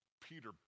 Peter